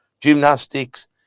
gymnastics